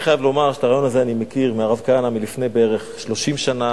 אני חייב לומר שאת הרעיון הזה אני מכיר מהרב כהנא מלפני בערך 30 שנה,